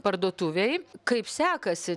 parduotuvėj kaip sekasi